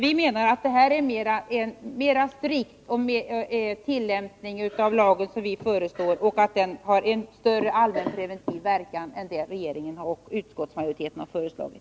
Vi menar dock att det vi föreslår är en mer strikt tillämpning av lagen och att den har en större allmänpreventiv verkan än den som regeringen och utskottsmajoriteten har föreslagit.